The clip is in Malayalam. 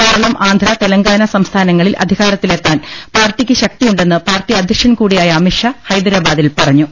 കേരളം ആന്ധ്ര തെല ങ്കാന സംസ്ഥാനങ്ങളിൽ അധികാരത്തിലെത്താൻ പാർട്ടിക്ക് ശക്തിയു ണ്ടെന്ന് പാർട്ടി അധ്യക്ഷൻകൂടിയായ അമിത്ഷാ ഹൈദരാബാദിൽ പറ ഞ്ഞു